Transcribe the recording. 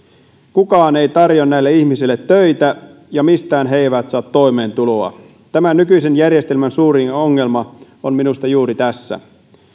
kukaan ei tarjoa näille ihmisille töitä ja mistään he eivät saa toimeentuloa tämän nykyisen järjestelmän suurin ongelma on minusta juuri tässä